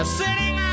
sitting